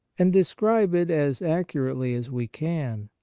and describe it as accurately as we can.